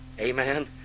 Amen